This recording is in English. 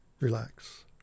relax